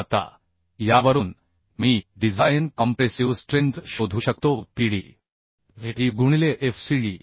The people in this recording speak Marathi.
आता यावरून मी डिझाइन कॉम्प्रेसिव स्ट्रेंथ शोधू शकतो Pd Ae गुणिले fcd